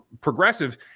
progressive